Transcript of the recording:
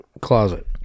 closet